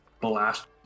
blast